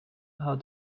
how